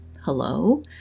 hello